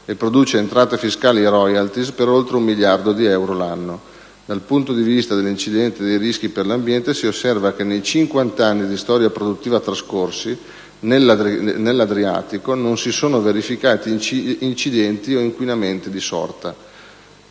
e produce entrate fiscali e *royalty* per oltre un miliardo di euro l'anno. Dal punto di vista dell'incidenza di rischi per l'ambiente, si osserva che nei 50 anni di storia produttiva trascorsi nell'Adriatico, non si sono verificati incidenti o inquinamenti di sorta.